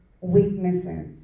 weaknesses